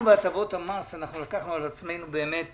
בהטבות המס לקחנו על עצמנו באמת